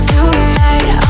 Tonight